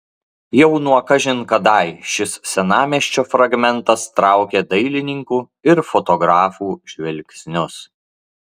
jau nuo kažin kadai šis senamiesčio fragmentas traukė dailininkų ir fotografų žvilgsnius